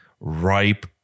ripe